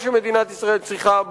מה שמדינת ישראל צריכה,